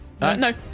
No